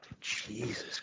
Jesus